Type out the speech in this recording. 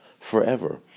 forever